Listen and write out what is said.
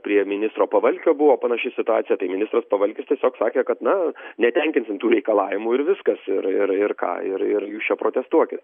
prie ministro pavalkio buvo panaši situacija tai ministras pavalkis tiesiog sakė kad na netenkinsim tų reikalavimų ir viskas ir ir ir ką ir ir jūs čia protestuoti